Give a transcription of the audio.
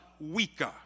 weaker